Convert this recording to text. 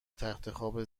تختخواب